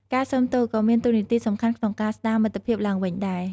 ការសូមទោសក៏មានតួនាទីសំខាន់ក្នុងការស្ដារមិត្តភាពឡើងវិញដែរ។